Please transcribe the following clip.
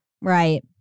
Right